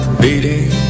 beating